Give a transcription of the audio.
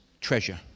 treasure